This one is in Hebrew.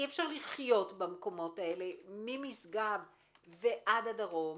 אי-אפשר לחיות במקומות האלה, ממשגב ועד הדרום,